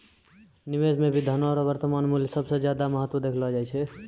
निवेश मे भी धनो रो वर्तमान मूल्य के सबसे ज्यादा महत्व देलो जाय छै